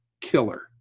killer